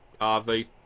RV